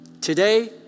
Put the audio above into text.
Today